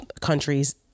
countries